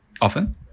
often